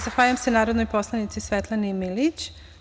Zahvaljujem se narodnoj poslanici Svetlani Milijić.